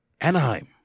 Anaheim